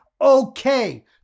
okay